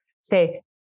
say